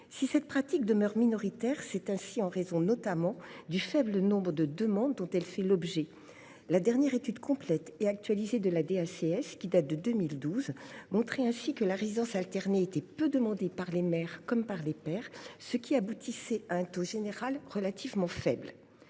Si cette pratique demeure minoritaire, c’est notamment en raison du faible nombre de demandes dont elle fait l’objet : la dernière étude complète et actualisée de la direction des affaires civiles et du sceau, qui date de 2012, montrait ainsi que la résidence alternée était peu demandée par les mères, comme par les pères, ce qui aboutissait à un taux général relativement faible.